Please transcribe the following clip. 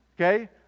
okay